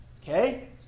Okay